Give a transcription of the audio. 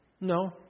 No